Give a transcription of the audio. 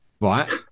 right